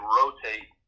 rotate